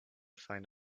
find